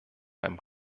beim